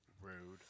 Rude